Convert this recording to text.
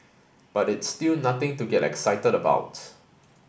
but it's still nothing to get excited about